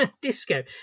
Disco